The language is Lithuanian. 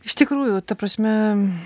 iš tikrųjų ta prasme